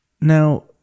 now